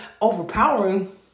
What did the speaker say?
overpowering